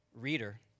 Reader